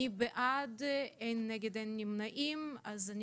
הצבעה בעד, 1 נגד, אין נמנעים, אין